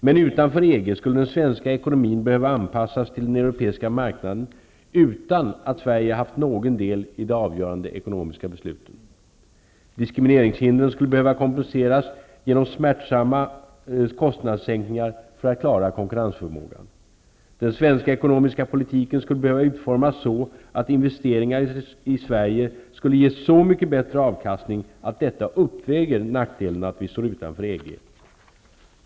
Men utanför EG skulle den svenska ekonomin behöva anpassas till den europeiska marknaden utan att Sverige haft någon del i de avgörande ekonomiska besluten. Diskrimineringshindren skulle behöva kompenseras genom smärtsamma kostnadssänkningar för att klara konkurrensförmågan. Den svenska ekonomiska politiken skulle behöva utformas så, att investeringar i Sverige skulle ge så mycket bättre avkastning att detta uppväger nackdelen att vi står utanför EG.